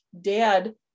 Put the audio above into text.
dad